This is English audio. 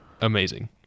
amazing